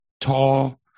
tall